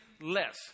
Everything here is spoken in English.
less